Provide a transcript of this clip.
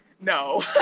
No